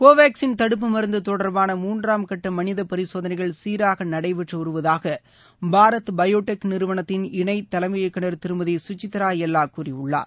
கோவாக்சின் தடுப்பு மருந்து தொடர்பான முன்றாம்கட்ட மனித பரிசோதனைகள் சீராக நடைபெற்று வருவதாக பாரத் பயோடெக் நிறுவனத்தின் இணை தலைமை இயக்குநர் திருமதி கசித்ரா எல்லா கூறியுள்ளார்